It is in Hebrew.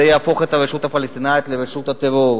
זה יהפוך את הרשות הפלסטינית לרשות הטרור.